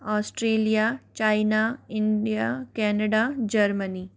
Australia China India Canada Germany